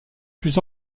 plus